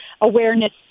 awareness